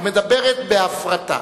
המדברת בהפרטה.